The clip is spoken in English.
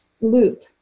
loop